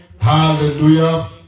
Hallelujah